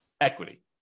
equity